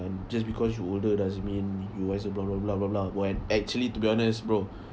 just because you older doesn't mean you guys are blah blah blah blah blah when actually to be honest bro